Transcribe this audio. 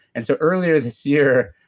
and so earlier this year,